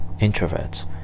introverts